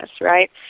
right